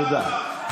תודה.